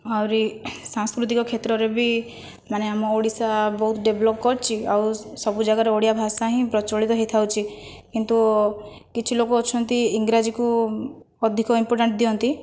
ଆହୁରି ସାଂସ୍କୃତିକ କ୍ଷେତ୍ରରେ ବି ମାନେ ଆମ ଓଡ଼ିଶା ବହୁତ ଡେଭଲପ କରିଛି ଆଉ ସବୁ ଯାଗାରେ ଓଡ଼ିଆ ଭାଷା ହିଁ ପ୍ରଚଳିତ ହୋଇଥାଉଛି କିନ୍ତୁ କିଛି ଲୋକ ଅଛନ୍ତି ଇଂରାଜୀକୁ ଅଧିକ ଇମ୍ପୋଟାଣ୍ଟ ଦିଅନ୍ତି